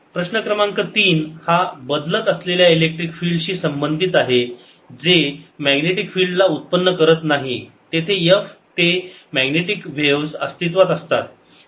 प्रश्न क्रमांक 3 हा बदलत असलेल्या इलेक्ट्रिक फील्ड शी संबंधित आहे जे मॅग्नेटिक फिल्ड ला उत्पन्न करत नाही तेथे f ते मॅग्नेटिक व्हेव्ज अस्तित्वात असतात